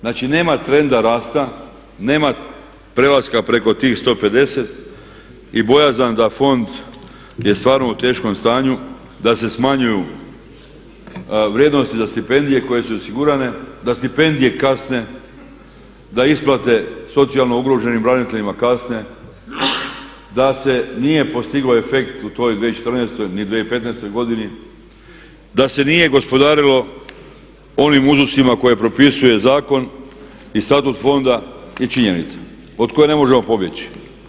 Znači, nema trenda rasta, nema prelaska preko tih 150 i bojazan da Fond je stvarno u teškom stanju da se smanjuju vrijednosti za stipendije koje su osigurane, da stipendije kasne, da isplate socijalno ugroženim braniteljima kasne, da se nije postiglo efekt u toj 2014. ni 2015.godini, da se nije gospodarilo onim uzrocima koje propisuje zakon i status fonda i činjenica od koje ne možemo pobjeći.